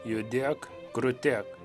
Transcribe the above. judėk krutėk